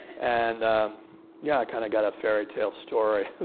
and yeah, i kind of got a fairy tale story